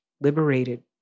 liberated